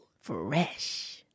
Fresh